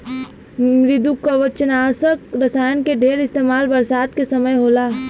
मृदुकवचनाशक रसायन के ढेर इस्तेमाल बरसात के समय होला